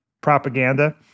propaganda